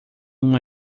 uma